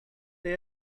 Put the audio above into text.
they